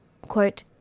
quote